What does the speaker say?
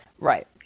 Right